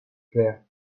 clair